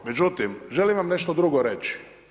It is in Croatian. Međutim, želim vam nešto drugo reć.